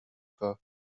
pas